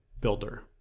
builder